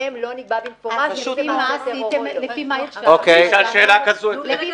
שבהם לא נקבע במפורש --- אז לפי מה הרשעתם עד אז?